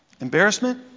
embarrassment